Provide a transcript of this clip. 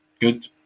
good